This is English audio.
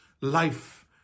life